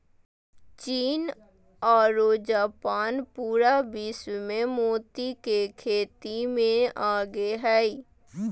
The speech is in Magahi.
चीन आरो जापान पूरा विश्व मे मोती के खेती मे आगे हय